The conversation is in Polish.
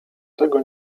tego